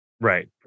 Right